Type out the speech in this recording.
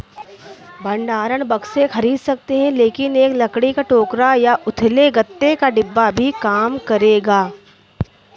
भंडारण बक्से खरीद सकते हैं लेकिन एक लकड़ी का टोकरा या उथले गत्ते का डिब्बा भी काम करेगा